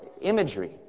imagery